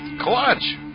clutch